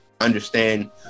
understand